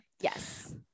Yes